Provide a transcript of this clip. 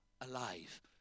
alive